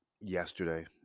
yesterday